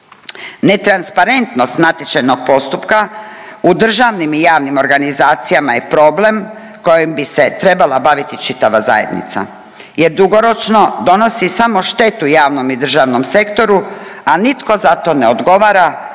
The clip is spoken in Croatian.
Netransparentnost natječajnog postupka u državnim i javnim organizacijama je problem kojim bi se trebala baviti čitava zajednica, jer dugoročno donosi samo štetu javnom i državnom sektoru, a nitko za to ne odgovara